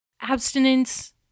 abstinence